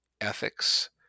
ethics